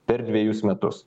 per dvejus metus